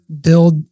build